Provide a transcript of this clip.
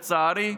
לצערי.